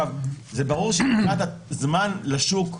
זה ברור שמבחינת הזמן לשוק,